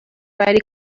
write